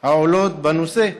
העולות בנושא.